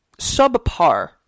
subpar